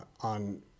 on